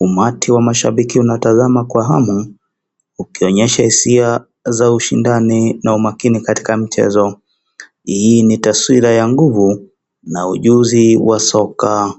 Umati wa mashabiki unatazama kwa hamu, ukionyesha hisia za ushindani na umakini katika mchezo, hii ni taswira ya nguvu na ujuzi wa soka.